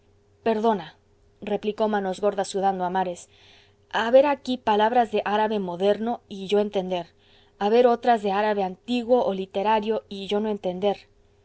lo dice perdona replicó manos gordas sudando a mares haber aquí palabras de árabe moderno y yo entender haber otras de árabe antiguo o literario y yo no entender